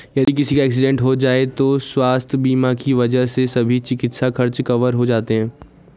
यदि किसी का एक्सीडेंट हो जाए तो स्वास्थ्य बीमा की वजह से सभी चिकित्सा खर्च कवर हो जाते हैं